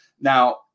Now